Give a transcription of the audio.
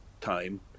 time